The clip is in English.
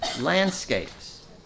landscapes